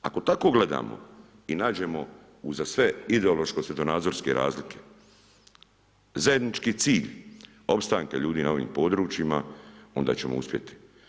Ako tako gledamo i nađemo uza sve ideološko svjetonazorske razlike, zajednički cilj opstanka ljudi na ovim područjima, onda ćemo uspjeti.